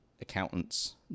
accountants